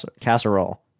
casserole